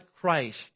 Christ